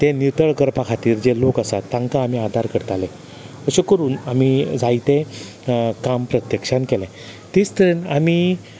तें नितळ करपा खातीर जें लोक आसा तांकां आमी आदार करताले अशें करून आमी जायतें काम प्रत्यक्षान केले तेंच तरेन आमी